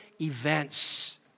events